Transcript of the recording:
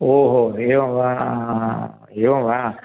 ओहो एवं वा एवं वा